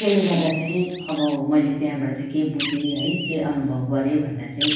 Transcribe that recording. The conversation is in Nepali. त्यसले गर्दा अब मैले त्यहाँबाट चाहिँ के बुझेँ है के अनुभव गरेँ भन्दा चाहिँ